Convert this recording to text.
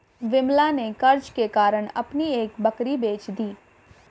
विमला ने कर्ज के कारण अपनी एक बकरी बेच दी